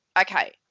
Okay